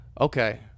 okay